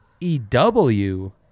EW